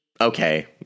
okay